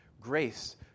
grace